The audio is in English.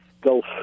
Gulf